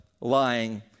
lying